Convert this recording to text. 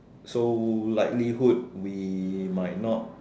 so likelihood we might not